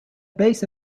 base